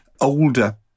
older